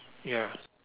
ya